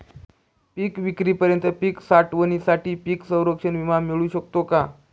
पिकविक्रीपर्यंत पीक साठवणीसाठी पीक संरक्षण विमा मिळू शकतो का?